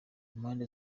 impande